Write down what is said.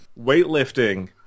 Weightlifting